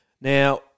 Now